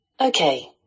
Okay